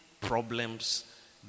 problems